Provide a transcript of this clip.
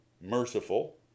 merciful